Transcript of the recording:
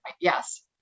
Yes